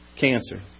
Cancer